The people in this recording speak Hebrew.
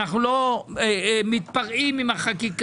אנחנו לא מתפרעים עם החקיקה.